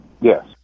Yes